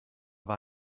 war